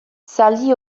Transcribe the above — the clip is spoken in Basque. zaldi